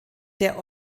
der